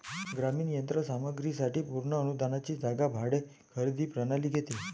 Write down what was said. ग्रामीण यंत्र सामग्री साठी पूर्ण अनुदानाची जागा भाडे खरेदी प्रणाली घेते